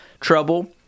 trouble